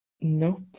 Nope